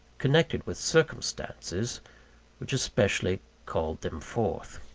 connected with circumstances which especially called them forth.